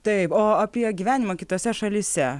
taip o apie gyvenimą kitose šalyse